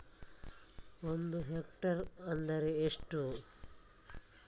ಒಂದು ಹೆಕ್ಟೇರ್ ಎಂದರೆ ಎಷ್ಟು?